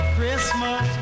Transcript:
Christmas